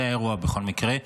זה האירוע, בכל מקרה.